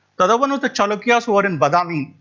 the other one was the chalukyas who were in badami,